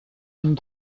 een